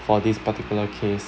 for this particular case